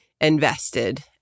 invested